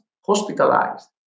hospitalized